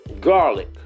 garlic